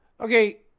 okay